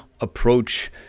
approach